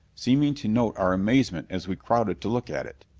seeming to note our amazement as we crowded to look at it.